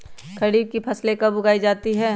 खरीफ की फसल कब उगाई जाती है?